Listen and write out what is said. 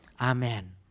Amen